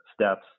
steps